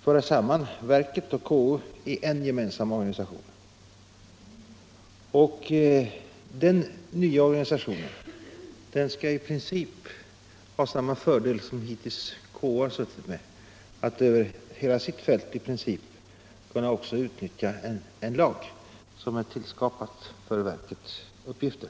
föra samman verket och KO i en gemensam organisation, och den nya organisationen skall i princip ha samma fördel som KO hittills har haft, att också kunna utnyttja en lag som är skapad för verkets uppgifter.